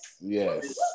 yes